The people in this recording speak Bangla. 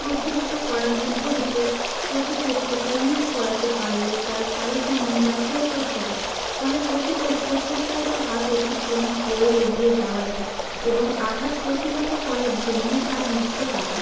প্রতিহত করার বিপরীতে প্রতিপক্ষকে মিস করাতে পারলে তার ভারসাম্য ব্যাহত হয় ফলে প্রতিপক্ষের প্রসারিত হাত অতিক্রম করে এগিয়ে যাওয়া যায় এবং আঘাত প্রতিহত করার জন্য হাত মুক্ত থাকে